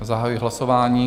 Zahajuji hlasování.